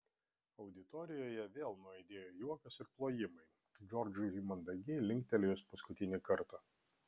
auditorijoje vėl nuaidėjo juokas ir plojimai džordžui mandagiai linktelėjus paskutinį kartą